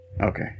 Okay